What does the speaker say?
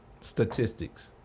statistics